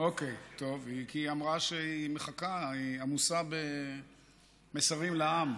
כי היא אמרה שהיא מחכה, היא עמוסה במסרים לעם.